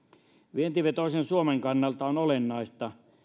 vientivetoisen suomen kannalta on olennaista